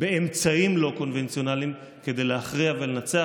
באמצעים לא קונבנציונליים כדי להכריע ולנצח,